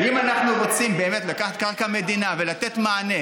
אם אנחנו רוצים באמת לקחת קרקע מדינה ולתת מענה